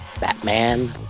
Batman